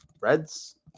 Reds